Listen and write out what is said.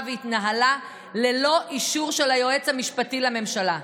והתנהלה ללא אישור של היועץ המשפטי לממשלה.